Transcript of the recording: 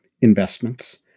investments